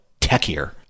techier